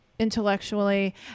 intellectually